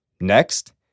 Next